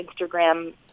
Instagram